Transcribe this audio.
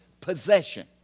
possession